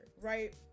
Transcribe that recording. right